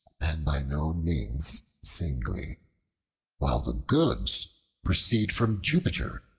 and by no means singly while the goods proceed from jupiter,